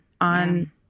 on